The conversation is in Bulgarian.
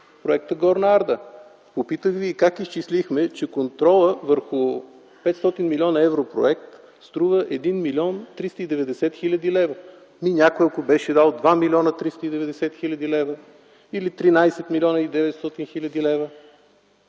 проекта „Горна Арда”? Попитах Ви и: как изчислихме, че контролът върху 500 млн. евро проект струва 1 млн. 390 хил. лв.? Ами някой ако беше дал 2 млн. 390 хил. лв. или 13 млн. 900 хил. лв.?